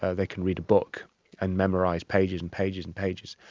ah they can read a book and memorise pages and pages and pages.